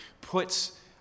puts